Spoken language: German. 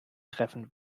treffen